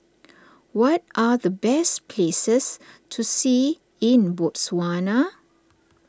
what are the best places to see in Botswana